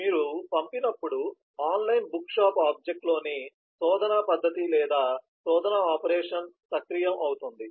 మీరు పంపినప్పుడు online book shop object లోని శోధన పద్ధతి లేదా శోధన ఆపరేషన్ సక్రియం అవుతుంది